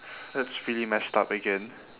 that's pretty messed up again